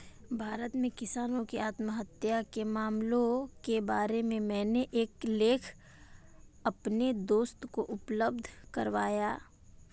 भारत में किसानों की आत्महत्या के मामलों के बारे में मैंने एक लेख अपने दोस्त को उपलब्ध करवाया